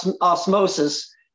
osmosis